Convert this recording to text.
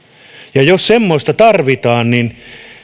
ja jos semmoista tarvitaan niin